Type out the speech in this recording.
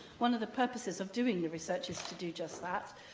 one of the purposes of doing the research is to do just that.